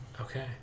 Okay